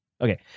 Okay